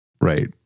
Right